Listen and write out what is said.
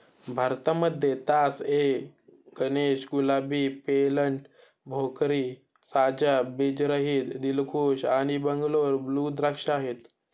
भारतामध्ये तास ए गणेश, गुलाबी, पेर्लेट, भोकरी, साजा, बीज रहित, दिलखुश आणि बंगलोर ब्लू द्राक्ष आहेत